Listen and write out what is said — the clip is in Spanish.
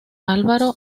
álvaro